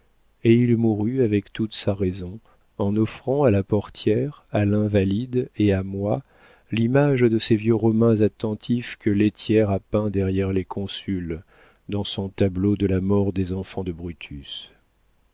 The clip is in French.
et il mourut avec toute sa raison en offrant à la portière à l'invalide et à moi l'image de ces vieux romains attentifs que lethière a peints derrière les consuls dans son tableau de la mort des enfants de brutus